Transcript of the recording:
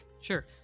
sure